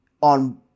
on